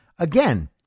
Again